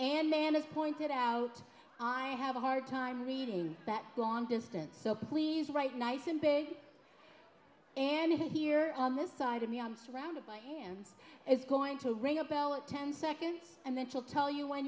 as pointed out i have a hard time reading that long distance so please write nice and big and here on this side of me i'm surrounded by hands is going to ring a bell at ten seconds and then she'll tell you when